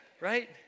right